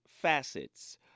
facets